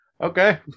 Okay